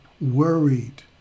worried